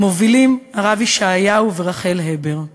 מובילים הרב ישעיהו ורחל הבר.